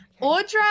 Audra